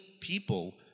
people